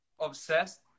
obsessed